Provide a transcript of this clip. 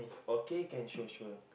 okay can sure sure